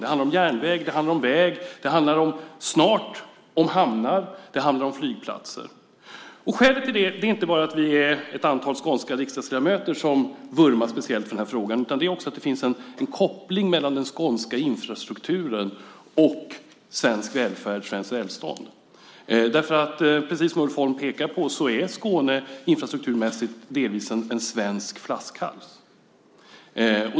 Det handlar om järnväg, det handlar om väg, det handlar snart om hamnar, och det handlar om flygplatser. Skälet till det är inte bara att vi är ett antal skånska riksdagsledamöter som vurmar speciellt för den här frågan, utan det är också att det finns en koppling mellan den skånska infrastrukturen å ena sidan och svensk välfärd och svenskt välstånd å andra sidan. Precis som Ulf Holm pekar på är Skåne infrastrukturmässigt delvis en svensk flaskhals.